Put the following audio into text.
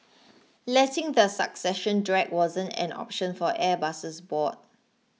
letting the succession drag wasn't an option for Airbus's board